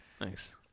Nice